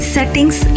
Settings